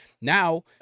Now